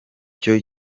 cyo